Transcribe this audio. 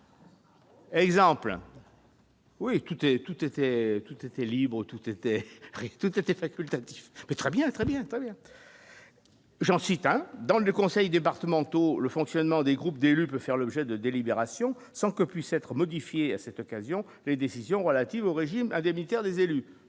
et tout était tout était libre, tout était prêt, tout est facultatif, très bien, très bien, j'en cite dans l'des conseils départementaux le fonctionnement des groupes d'élus peut faire l'objet de délibération, sans que puisse être modifiée à cette occasion les décisions relatives au régime indemnitaire des élus